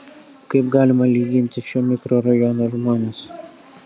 kaip galima lyginti šio mikrorajono žmones